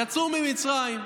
יצאו ממצרים.